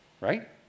right